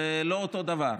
זה לא אותו דבר.